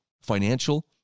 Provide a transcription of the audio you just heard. financial